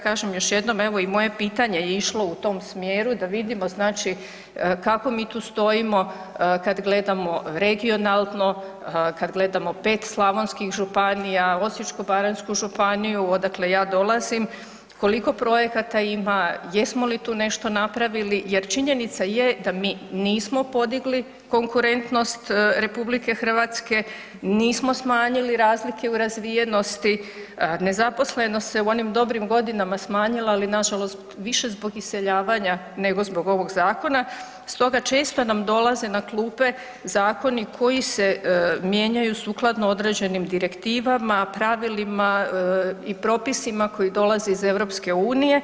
Kažem još jednom, evo i moje pitanje je išlo u tom smjeru da vidimo znači kako mi tu stojimo kad gledamo regionalno, kad gledamo 5 slavonskih županija, Osječko-baranjsku županiju odakle ja dolazim, koliko projekata ima, jesmo li tu nešto napravili jer činjenica je da mi nismo podigli konkurentnost RH, nismo smanjili razlike u razvijenosti, nezaposlenost se u onim dobrim godinama smanjila, ali nažalost više zbog iseljavanja nego zbog ovog zakona, stoga često nam dolaze na klupe zakoni koji se mijenjaju sukladno određenim direktivama, pravilima i propisima koji dolaze iz EU.